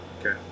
okay